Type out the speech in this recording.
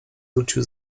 wrócił